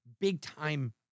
big-time